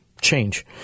change